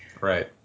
Right